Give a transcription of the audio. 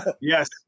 yes